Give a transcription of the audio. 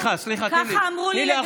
ככה אמרו לי לגבי,